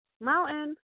Mountain